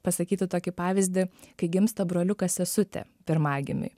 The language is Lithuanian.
pasakyti tokį pavyzdį kai gimsta broliukas sesutė pirmagimiui